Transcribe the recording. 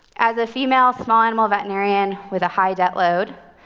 as a female small animal veterinarian with a high debt load,